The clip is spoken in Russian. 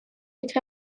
быть